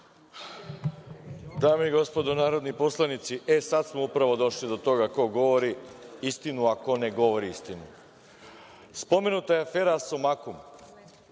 Dame i gospodo narodni poslanici, sada smo upravo došli do toga ko govori istinu, a ko ne govori istinu. Spomenuta je afera „Asumakum“.